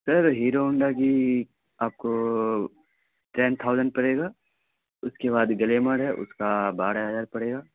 سر Hero Honda کی آپ کو ٹین تھاؤزنڈ پڑے گا اس کے بعد گلیمر ہے اس کا بارہ ہزار پڑے گا